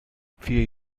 vier